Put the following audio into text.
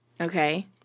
Okay